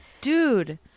Dude